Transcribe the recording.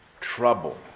trouble